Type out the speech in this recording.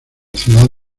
ciudad